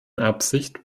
absicht